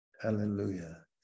Hallelujah